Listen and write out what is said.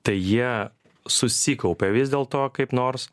tai jie susikaupia vis dėlto kaip nors